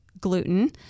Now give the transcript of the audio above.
gluten